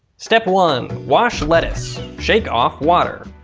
step one wash lettuce. shake off water.